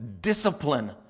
discipline